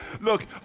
look